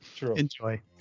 enjoy